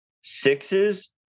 sixes